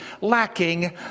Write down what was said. lacking